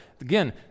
again